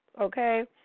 okay